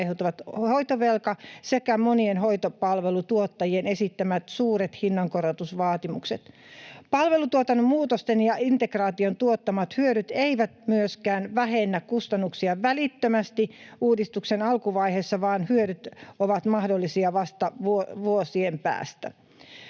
aiheutunut hoitovelka sekä monien hoitopalvelutuottajien esittämät suuret hinnankorotusvaatimukset. Palvelutuotannon muutosten ja integraation tuottamat hyödyt eivät myöskään vähennä kustannuksia välittömästi uudistuksen alkuvaiheessa, vaan hyödyt ovat mahdollisia vasta vuosien päästä.